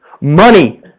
Money